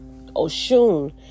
Oshun